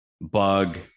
bug